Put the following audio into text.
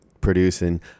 producing